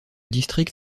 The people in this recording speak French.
district